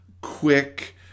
quick